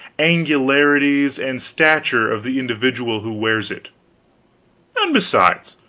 angularities, and stature of the individual who wears it and, besides,